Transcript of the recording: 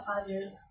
others